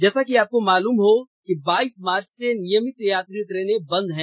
जैसा कि आपको मालूम हो कि बाइस मार्च से नियमित यात्री ट्रेनें बंद हैं